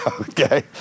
okay